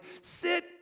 sit